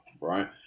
right